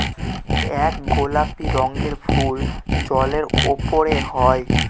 এক গোলাপি রঙের ফুল জলের উপরে হয়